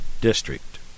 district